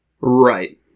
Right